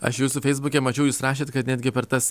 aš jūsų feisbuke mačiau jūs rašėt kad netgi per tas